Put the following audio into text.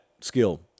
skill